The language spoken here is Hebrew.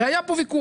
הרי היה פה ויכוח,